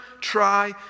try